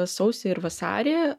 sausį ir vasarį